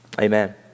amen